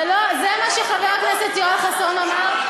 זה מה שחבר הכנסת יואל חסון אמר,